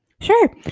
Sure